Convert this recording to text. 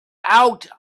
out